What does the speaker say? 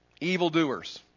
evildoers